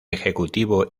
ejecutivo